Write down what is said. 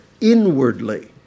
inwardly